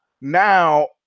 now